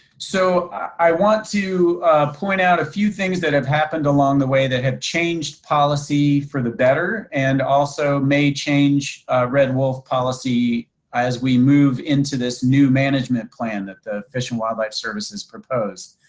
so i want to point out a few things that have happened along the way that had changed policy for the better and also may change red wolf policy as we move into this new management plan that the fish and wildlife services propose.